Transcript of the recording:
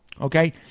Okay